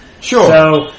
Sure